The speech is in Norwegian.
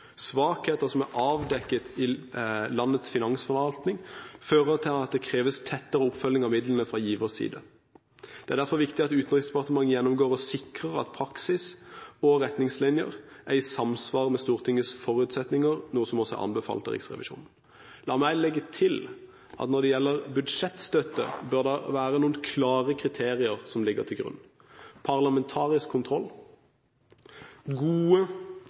Svakheter som er avdekket i landets finansforvaltning, fører til at det kreves tettere oppfølging av midlene fra givers side. Det er derfor viktig at Utenriksdepartementet gjennomgår og sikrer at praksis og retningslinjer er i samsvar med Stortingets forutsetninger, noe som også anbefalt av Riksrevisjonen. La meg legge til at når det gjelder budsjettstøtte, bør det være noen klare kriterier som ligger til grunn. Parlamentarisk kontroll, gode